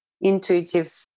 intuitive